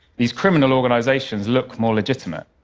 these criminal organizations, look more legitimate.